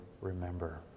remember